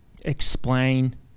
explain